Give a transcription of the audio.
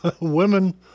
women